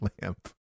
lamp